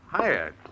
Hiya